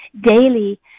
daily